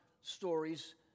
stories